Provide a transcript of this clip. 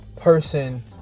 person